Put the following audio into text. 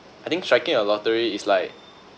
I think striking a lottery is like